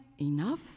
enough